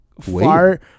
far